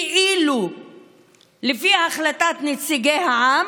כאילו לפי החלטת נציגי העם.